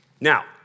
Now